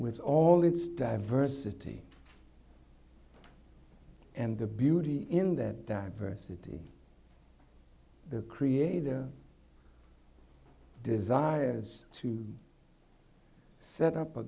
with all its diversity and the beauty in that diversity the creator desires to set up a